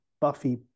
Buffy